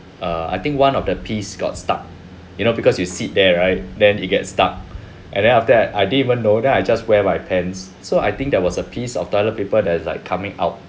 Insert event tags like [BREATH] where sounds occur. err I think one of the piece got stuck you know because you sit there right then it get stuck [BREATH] and then after that I didn't even know then I just wear my pants so I think there was a piece of toilet paper there's like coming out